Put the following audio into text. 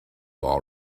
all